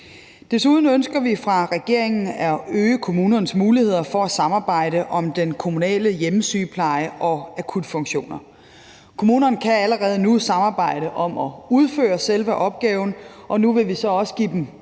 Desuden ønsker vi fra regeringens side at øge kommunernes muligheder for at samarbejde om den kommunale hjemmesygepleje og akutfunktioner. Kommunerne kan allerede nu samarbejde om at udføre selve opgaven, og nu vil vi så også give dem